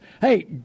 Hey